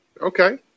Okay